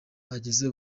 ageze